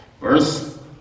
verse